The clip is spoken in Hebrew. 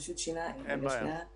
אני רוצה לדבר על שני דברים ואני מחלקת את